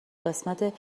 قسمت